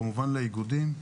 כמובן לאיגודים,